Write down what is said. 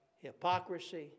hypocrisy